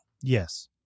Yes